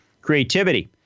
creativity